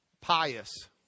Pious